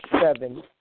seven